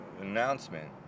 announcement